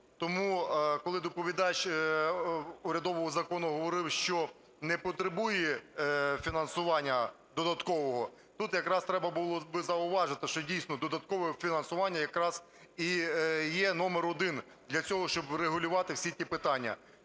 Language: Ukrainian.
тому, коли доповідач урядового закону говорив, що не потребує фінансування додаткового, тут якраз треба було би зауважити, що, дійсно, додаткове фінансування якраз і є номер один для цього, щоб врегулювати всі ті питання.